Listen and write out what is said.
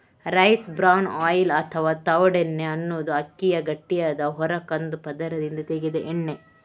rice bran oil ಅಥವಾ ತವುಡೆಣ್ಣೆ ಅನ್ನುದು ಅಕ್ಕಿಯ ಗಟ್ಟಿಯಾದ ಹೊರ ಕಂದು ಪದರದಿಂದ ತೆಗೆದ ಎಣ್ಣೆ